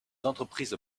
entreprises